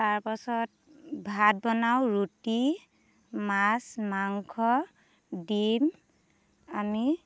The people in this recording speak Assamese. তাৰ পাছত ভাত বনাওঁ ৰুটি মাছ মাংস ডিম আমি